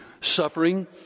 suffering